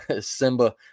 Simba